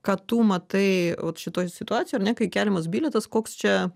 ką tu matai vat šitoj situacijoje ar ne kai keliamas bilietas koks čia